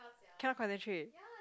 cannot concentrate